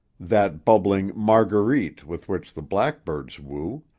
that bubbling mar-guer-ite with which the blackbirds woo,